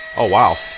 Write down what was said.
oh wow.